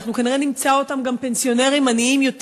אנחנו כנראה נמצא אותם פנסיונרים עניים יותר